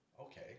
okay